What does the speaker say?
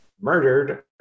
murdered